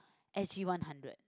S_G one hundred